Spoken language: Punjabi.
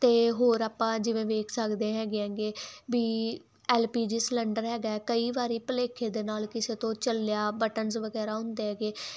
ਅਤੇ ਹੋਰ ਆਪਾਂ ਜਿਵੇਂ ਵੇਖ ਸਕਦੇ ਹੈਗੇ ਐਗੇ ਵੀ ਐਲ ਪੀ ਜੀ ਸਿਲੰਡਰ ਹੈਗਾ ਕਈ ਵਾਰੀ ਭੁਲੇਖੇ ਦੇ ਨਾਲ ਕਿਸੇ ਤੋਂ ਚੱਲਿਆ ਬਟਨਸ ਵਗੈਰਾ ਹੁੰਦੇ ਹੈਗੇ